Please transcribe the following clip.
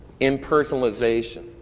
impersonalization